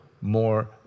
more